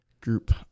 group